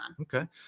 Okay